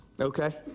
okay